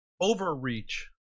overreach